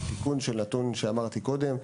תיקון של נתון שאמרתי קודם,